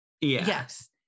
Yes